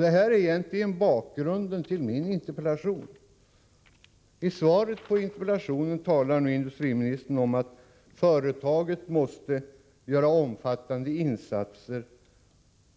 Detta är egentligen bakgrunden till min interpellation. I svaret på interpellationen säger industriministern nu att företaget måste göra omfattande insatser